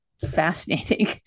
fascinating